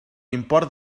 import